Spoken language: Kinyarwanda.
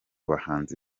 bahanzi